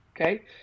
okay